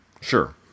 Sure